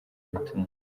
imitungo